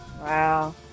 Wow